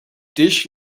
dish